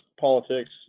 politics